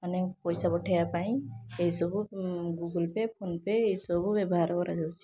ମାନେ ପଇସା ପଠେଇବା ପାଇଁ ଏଇ ସବୁ ଗୁଗୁଲ୍ପେ ଫୋନ୍ପେ ଏଇସବୁ ବ୍ୟବହାର କରା ଯାଉଛି